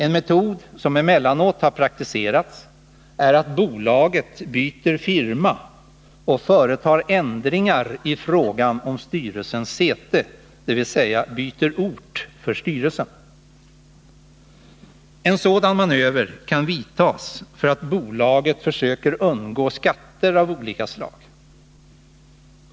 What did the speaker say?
En metod som emellanåt har praktiserats är att bolaget byter firma och företar ändringar i fråga om styrelsens säte, dvs. byter ort för styrelsen. En sådan manöver kan vidtas därför att bolaget försöker undgå skatter av olika slag.